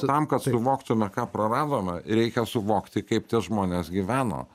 tam kad suvoktume ką praradome reikia suvokti kaip tie žmonės gyveno